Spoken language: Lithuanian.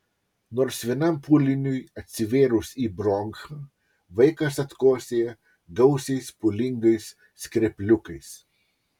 nors vienam pūliniui atsivėrus į bronchą vaikas atkosėja gausiais pūlingais skrepliukais